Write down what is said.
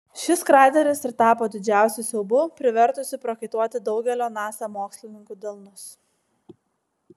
šis krateris ir tapo didžiausiu siaubu privertusiu prakaituoti daugelio nasa mokslininkų delnus